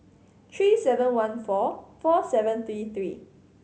three seven one four four seven three three